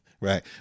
Right